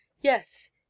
Yes